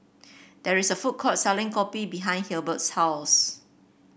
there is a food court selling kopi behind Hilbert's house